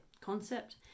concept